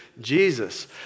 Jesus